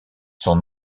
son